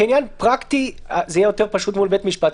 כעניין פרקטי זה יהיה יותר פשוט מול בית משפט,